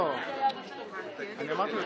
לכן הקול שלנו,